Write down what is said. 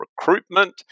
recruitment